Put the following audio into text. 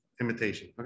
imitation